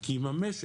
כי אם המשק